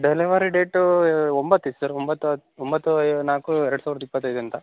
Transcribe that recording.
delivery date ಒಂಬತ್ತು ಇತ್ತು sir ಒಂಬತ್ತು ಹತ್ತು ಒಂಬತ್ತು ನಾಲ್ಕು ಎರಡು ಸಾವಿರದ ಇಪ್ಪತ್ತೈದು ಅಂತ